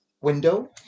window